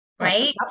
Right